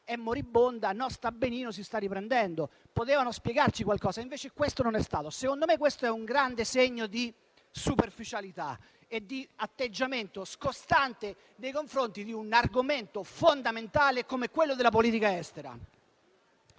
è moribonda, sta benino o si sta riprendendo. Potevano spiegarci qualcosa, ma così non è stato. Secondo me, questo è un grande segno di superficialità e di atteggiamento scostante nei confronti di un argomento fondamentale come quello della politica estera.